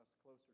closer